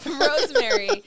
Rosemary